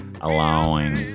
allowing